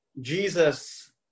Jesus